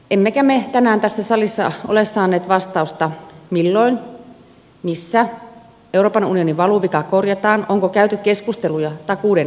emmekä me tänään tässä salissa ole saaneet vastausta siihen milloin ja missä euroopan unionin valuvika korjataan ja onko käyty keskusteluja takuiden takarajasta